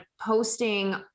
posting